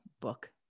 book